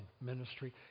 ministry